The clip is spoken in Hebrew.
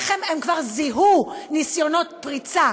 כבר זיהו ניסיונות פריצה